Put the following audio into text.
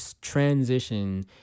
transition